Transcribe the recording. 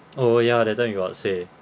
oh ya that time you got say